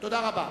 תודה רבה.